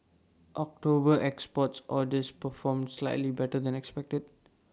October export orders performed slightly better than expected